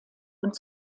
und